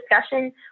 discussion